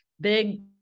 big